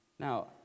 Now